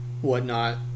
whatnot